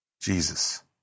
Jesus